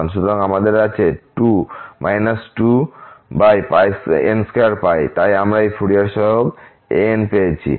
সুতরাং আমাদের আছে 2n2 তাই আমরা এই ফুরিয়ার সহগ an পেয়েছি